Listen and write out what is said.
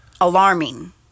alarming